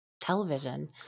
television